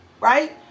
right